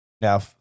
Now